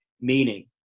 meaning